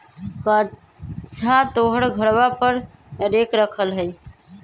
कअच्छा तोहर घरवा पर रेक रखल हई?